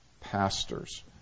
pastors